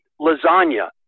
lasagna